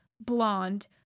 blonde